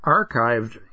archived